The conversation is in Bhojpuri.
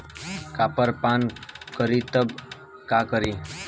कॉपर पान करी तब का करी?